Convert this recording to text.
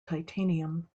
titanium